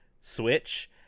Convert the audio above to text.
switch